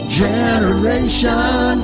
generation